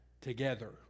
together